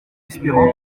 espérant